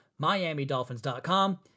miamidolphins.com